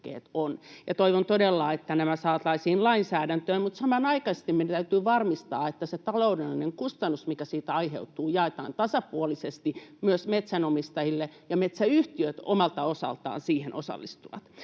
toivon todella, että nämä saataisiin lainsäädäntöön, mutta samanaikaisesti meidän täytyy varmistaa, että se taloudellinen kustannus, mikä siitä aiheutuu, jaetaan tasapuolisesti myös metsänomistajille ja metsäyhtiöt omalta osaltaan siihen osallistuvat.